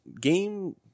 game